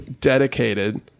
dedicated